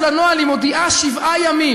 יש לה נוהל: היא מודיעה שבעה ימים מראש.